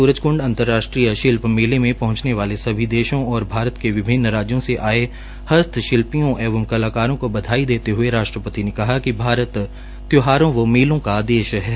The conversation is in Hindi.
सूरजक्ंड अंतर्राष्ट्रीय शिल्प मेले में पहचेने वाले कई देशों और भारत के विभिन्न राज्यों से आये हस्तशिल्पकारों एंव कलाकारों को बधाई देते हये राष्ट्रपति ने कहा कि भारत त्यौहारों व मेलों का देश है